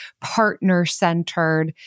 partner-centered